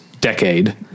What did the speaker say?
decade